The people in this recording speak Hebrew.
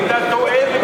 אתה גם בזה טועה.